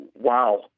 Wow